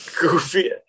goofy